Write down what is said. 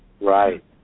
Right